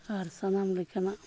ᱟᱨ ᱥᱟᱱᱟᱢ ᱞᱮᱠᱟᱱᱟᱜ